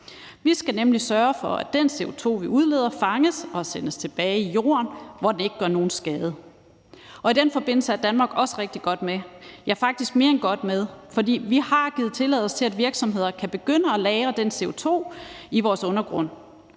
Vi skal nemlig sørge for, at den CO2, vi udleder, fanges og sendes tilbage i jorden, hvor den ikke gør nogen skade, og i den forbindelse er Danmark også rigtig godt med. Ja, vi er faktisk mere end godt med. For vi har givet tilladelse til, at virksomheder kan begynde at lagre den CO2 i vores undergrund.